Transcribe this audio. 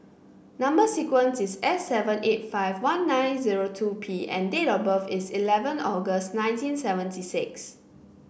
number sequence is S seven eight five one nine zero two P and date of birth is eleven August nineteen seventy six